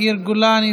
יאיר גולן,